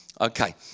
Okay